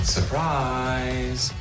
Surprise